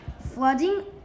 flooding